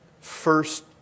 first